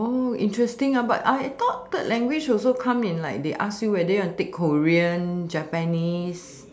oh interesting ah but I thought third language also come in like they ask you whether you want to take korean japanese